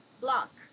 Block